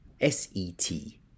S-E-T